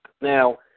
Now